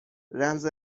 رمز